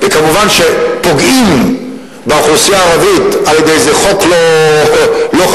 וכמובן שפוגעים באוכלוסייה הערבית על-ידי איזה חוק לא חכם